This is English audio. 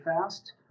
fast